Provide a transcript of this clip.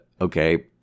okay